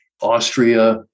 Austria